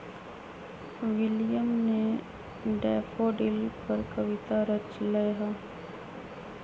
William ने daffodil पर कविता रच लय है